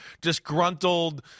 disgruntled